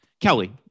Kelly